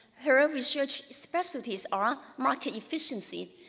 her um research specialties are ah market efficiency,